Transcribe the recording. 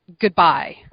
Goodbye